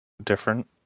different